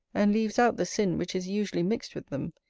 and leaves out the sin which is usually mixed with them,